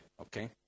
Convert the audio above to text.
Okay